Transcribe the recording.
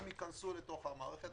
הם ייכנסו למערכת.